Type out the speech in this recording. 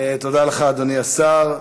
תודה לך, אדוני השר.